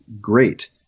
great